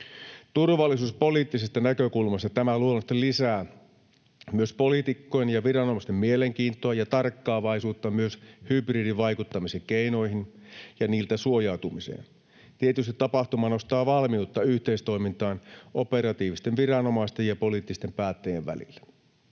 Turvallisuuspoliittisesta näkökulmasta tämä luonnollisesti lisää myös poliitikkojen ja viranomaisten mielenkiintoa ja tarkkaavaisuutta myös hybridivaikuttamisen keinoihin ja siltä suojautumiseen. Tietysti tapahtuma nostaa valmiutta yhteistoimintaan operatiivisten viranomaisten ja poliittisten päättäjien välillä.